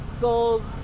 gold